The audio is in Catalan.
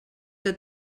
que